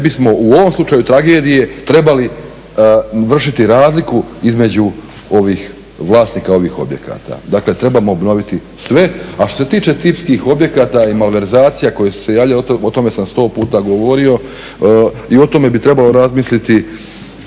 bismo u ovom slučaju tragedije trebali vršiti razliku između vlasnika ovih objekata. Dakle, trebamo obnoviti sve. A što se tiče tipskih objekata i malverzacija koje su se javljale o tome sam sto puta govorio i o tome bi trebalo razmisliti,